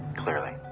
clearly.